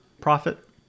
profit